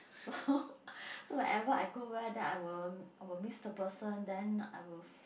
so so whenever I go where then I will I will miss the person then I will